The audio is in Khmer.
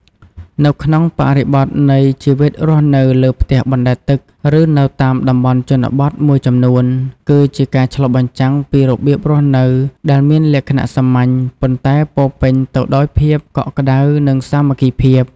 នៅក្នុងបរិបទនៃជីវិតរស់នៅលើផ្ទះអណ្ដែតទឹក ឬនៅតាមតំបន់ជនបទមួយចំនួន គឺជាការឆ្លុះបញ្ចាំងពីរបៀបរស់នៅដែលមានលក្ខណៈសាមញ្ញ ប៉ុន្តែពោរពេញទៅដោយភាពកក់ក្ដៅ និងសាមគ្គីភាព។